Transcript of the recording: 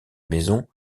maisons